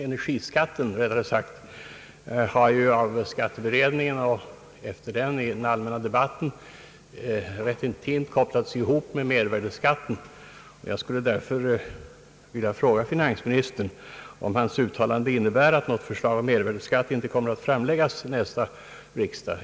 Energiskatten har ju av skatteberedningen och sedan i den allmänna debatten kopplats ihop med mervärdeskatten. Jag skulle därför vilja fråga finansministern om hans uttalande innebär att något förslag om mervärdeskatt inte kommer att framläggas för nästa års riksdag.